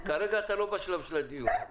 כרגע אתה לא בשלב של הדיון אבל,